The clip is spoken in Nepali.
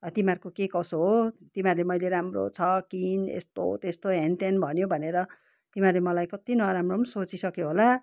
तिमीहरूको के कसो हो तिमीहरूले मैले राम्रो छ किन् यस्तो त्यस्तो हेनतेन भन्यो भनेर तिमीहरूले मलाई कति नराम्रो पनि सोचिसक्यो होला